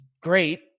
great